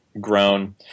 grown